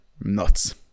nuts